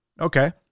Okay